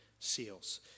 seals